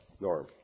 Norm